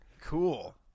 Cool